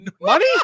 money